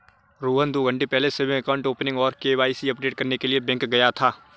रोहन दो घन्टे पहले सेविंग अकाउंट ओपनिंग और के.वाई.सी अपडेट करने के लिए बैंक गया था